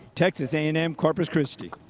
texas a and m corpus christi.